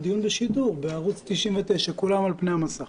הדיון בשידור בערוץ 99. כולם על פני המסך.